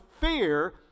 fear